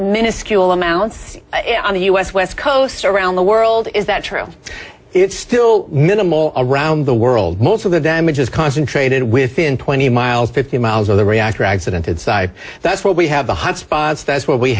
minuscule amounts on the u s west coast around the world is that true it's still minimal around the world most of the damage is concentrated within twenty miles fifty miles of the reactor accident and that's what we have the hot spots that's where we